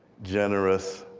generous,